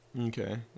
okay